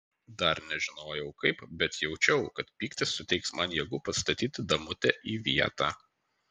dar nežinojau kaip bet jaučiau kad pyktis suteiks man jėgų pastatyti damutę į vietą